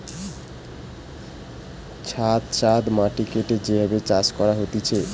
ছাদ ছাদ মাটি কেটে যে ভাবে চাষ করা হতিছে